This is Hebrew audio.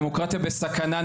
דמוקרטיה בסכנה,